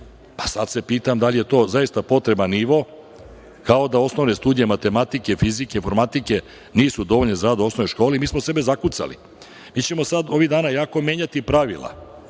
Sada se pitam da li je to zaista potreban nivo, kao da osnovne studije matematike, fizike, informatike nisu dovoljne za rad u osnovnoj školi, mi smo sebe zakucali. Mi ćemo sada ovih dana jako menjati pravila